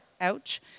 Ouch